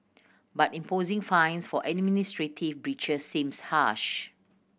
but imposing fines for administrative breaches seems harsh